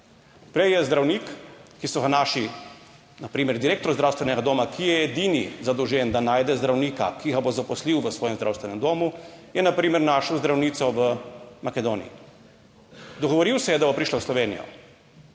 Prej je zdravnik, ki so ga naši na primer direktor zdravstvenega doma, ki je edini zadolžen, da najde zdravnika, ki ga bo zaposlil v svojem zdravstvenem domu, je na primer našel zdravnico v Makedoniji. Dogovoril se je, da bo prišla v Slovenijo,